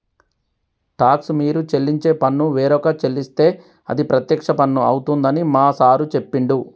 talks మీరు చెల్లించే పన్ను వేరొక చెల్లిస్తే అది ప్రత్యక్ష పన్ను అవుతుందని మా సారు చెప్పిండు